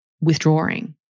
withdrawing